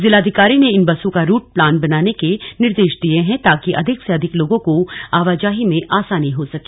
जिलाधिकारी ने इन बसों का रूट प्लान बनाने के निर्देश दिए हैं ताकि अधिक से अधिक लोगों को आवाजही में आसानी हो सके